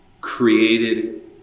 created